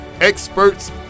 experts